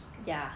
yeah